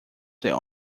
their